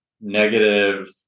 negative